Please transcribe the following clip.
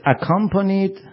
accompanied